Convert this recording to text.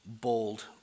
bold